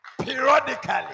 Periodically